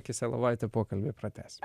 kiselovaitė pokalbį pratęsim